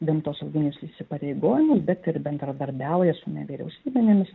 gamtosauginius įsipareigojimus bet ir bendradarbiauja su nevyriausybinėmis